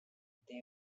they